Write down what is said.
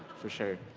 for sure.